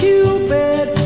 Cupid